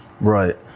Right